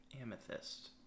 Amethyst